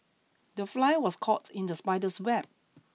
the fly was caught in the spider's web